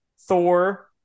thor